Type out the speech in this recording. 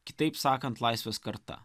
kitaip sakant laisvės karta